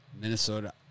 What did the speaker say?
Minnesota